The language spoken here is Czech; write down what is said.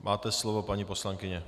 Máte slovo, paní poslankyně.